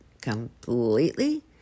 completely